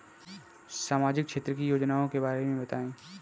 सामाजिक क्षेत्र की योजनाओं के बारे में बताएँ?